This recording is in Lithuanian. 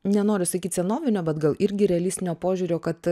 nenoriu sakyt senovinio bet gal irgi realistinio požiūrio kad